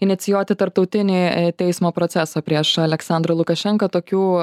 inicijuoti tarptautinį teismo procesą prieš aleksandrą lukašenką tokių